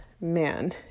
man